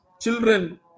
children